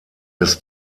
des